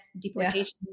deportation